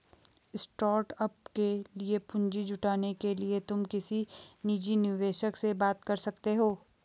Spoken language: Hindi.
स्टार्टअप के लिए पूंजी जुटाने के लिए तुम किसी निजी निवेशक से बात कर सकते हो